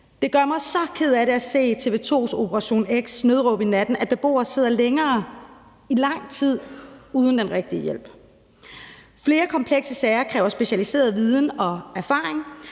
Det gør mig så ked af det at se i TV 2's »Operation X: Nødråb i natten«, at beboere sidder i lang tid uden den rigtige hjælp. Flere komplekse sager kræver specialiseret viden og erfaring.